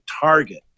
target